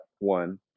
one